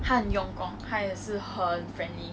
he always like to shout class